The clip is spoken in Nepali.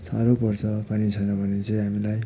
साह्रो पर्छ पानी छैन भने चाहिँ हामीलाई